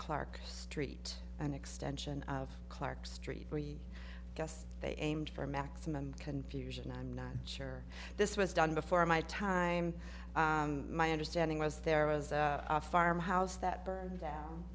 clark street and extension of clark street we guess they aimed for maximum confusion i'm not sure this was done before my time my understanding was there was a farmhouse that burned down